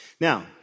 Now